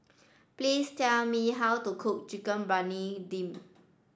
please tell me how to cook Chicken Briyani Dum